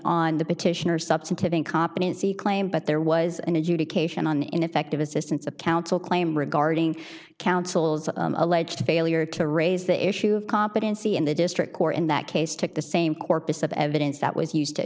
incompetency claim but there was an adjudication on ineffective assistance of counsel claim regarding counsel's alleged failure to raise the issue of competency in the district court in that case took the same corpus of evidence that was used to